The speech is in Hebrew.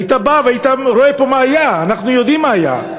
היית בא והיית רואה מה היה, אנחנו יודעים מה היה.